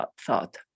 thought